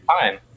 time